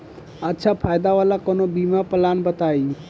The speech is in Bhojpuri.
अच्छा फायदा वाला कवनो बीमा पलान बताईं?